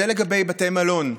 זה לגבי בתי מלון.